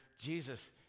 jesus